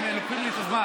הם לוקחים לי את הזמן.